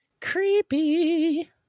Creepy